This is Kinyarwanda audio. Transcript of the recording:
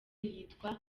yitwa